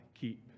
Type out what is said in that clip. keep